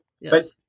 Yes